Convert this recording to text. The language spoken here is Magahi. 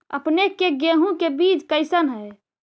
अपने के गेहूं के बीज कैसन है?